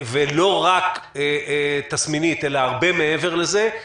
לא רק תסמינית, אלא הרבה מעבר לזה.